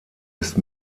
ist